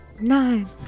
Nine